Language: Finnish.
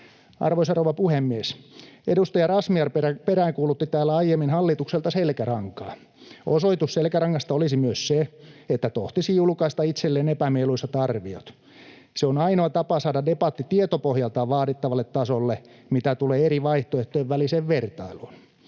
Arvoisa rouva puhemies! Edustaja Razmyar peräänkuulutti täällä aiemmin hallitukselta selkärankaa. Osoitus selkärangasta olisi myös se, että tohtisi julkaista itselleen epämieluisat arviot. Se on ainoa tapa saada debatti tietopohjaltaan vaadittavalle tasolle, mitä tulee eri vaihtoehtojen väliseen vertailuun.